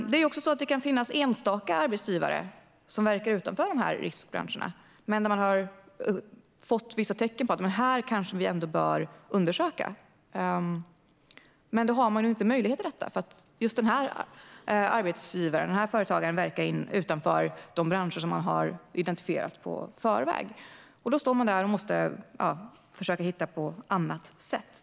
Det kan också finnas enstaka arbetsgivare som verkar utanför de här riskbranscherna men som man har fått vissa tecken på att man bör undersöka, men då har man inte möjlighet till det eftersom just den arbetsgivaren, den här företagaren, verkar utanför de branscher som man har identifierat i förväg. Då står man där och måste försöka lösa detta på annat sätt.